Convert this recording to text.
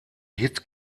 hit